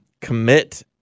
commit